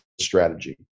strategy